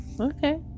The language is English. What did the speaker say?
okay